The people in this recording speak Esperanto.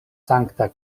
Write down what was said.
sankta